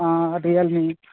Realme